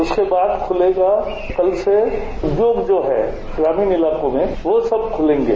उसके बाद खुलेगा कल से दृष्य जो है ग्रामीण इलाकों में वो सब खुलेंगे